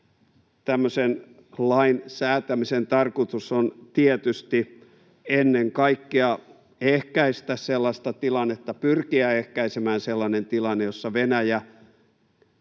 tämmöisen lain säätämisen tarkoitus on tietysti ennen kaikkea ehkäistä, pyrkiä ehkäisemään, sellainen tilanne, jossa Venäjä